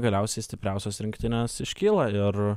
galiausiai stipriausios rinktinės iškyla ir